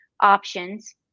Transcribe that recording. options